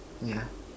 yeah